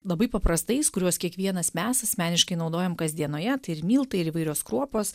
labai paprastais kuriuos kiekvienas mes asmeniškai naudojam kasdienoje tai ir miltai ir įvairios kruopos